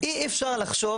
אי אפשר לחשוב